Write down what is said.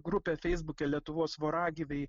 grupė feisbuke lietuvos voragyviai